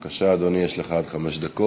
בבקשה, אדוני, יש לך עד חמש דקות.